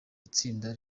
itsinda